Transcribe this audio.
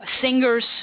singers